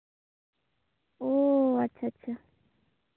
ᱳᱻ ᱟᱪᱪᱷᱟ ᱟᱪᱪᱷᱟ